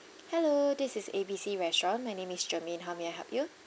hello this is A B C restaurant my name is shermaine how may I help you